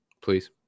Please